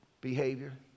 behavior